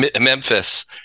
Memphis